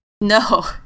No